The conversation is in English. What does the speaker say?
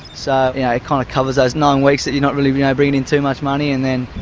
so yeah it kind of covers those nine weeks that you're not really really bringing in too much money, and then,